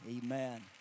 Amen